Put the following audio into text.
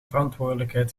verantwoordelijkheid